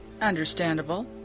Understandable